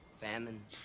famine